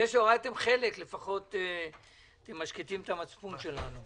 זה הורדתם חלק, לפחות אתם משקיטים את המצפון שלנו.